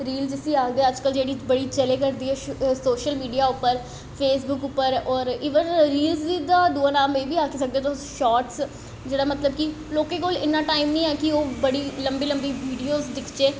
reel जिसी आखदे अजकल जेह्ड़ी चले करदी ऐ सोशल मिडिया उप्पर फेसबुक्क उप्पर इवन रील्स दा दूआ नाम एह् बी आक्खी सकने शॉर्टस जेह्ड़ा मतलव कि लोकें कोल इन्ना टाईम नी ऐ ओह् बड़ी लम्बी लम्बी वीडियो दिखचे